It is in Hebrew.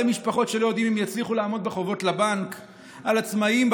משפחות שלא יודעים אם יצליחו לעמוד בחובות לבנק; על עצמאים,